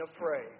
afraid